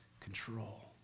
control